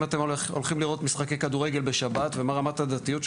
אתם הולכים לראות משחקי כדורגל בשבת ומה רמת הדתיות,